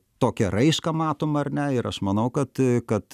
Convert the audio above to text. tokią raišką matom ar ne ir aš manau kad kad